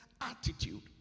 attitude